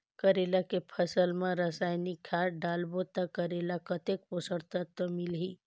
करेला के फसल मा रसायनिक खाद डालबो ता करेला कतेक पोषक तत्व मिलही?